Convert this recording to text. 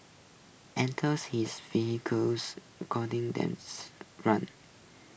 enters his focus recording themes runs